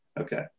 Okay